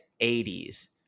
80s